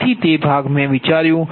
તેથી તે ભાગ મેં વિચાર્યું